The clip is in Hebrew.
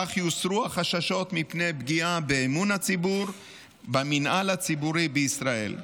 כך יוסרו החששות מפני פגיעה באמון הציבור במינהל הציבורי בישראל.